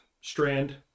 strand